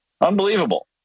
Unbelievable